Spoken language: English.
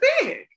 big